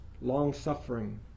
long-suffering